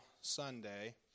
Sunday